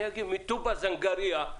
מטובא זנגריה,